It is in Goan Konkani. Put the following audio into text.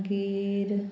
मागीर